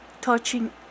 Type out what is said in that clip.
touching